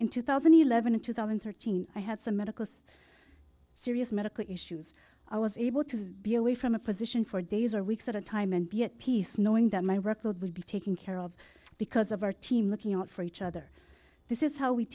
in two thousand and eleven in two thousand and thirteen i had some medical serious medical issues i was able to be away from a position for days or weeks at a time and be at peace knowing that my workload would be taking care of because of our team looking out for each other this is how we